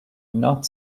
not